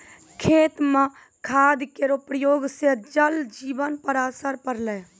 खेत म खाद केरो प्रयोग सँ जल जीवन पर असर पड़लै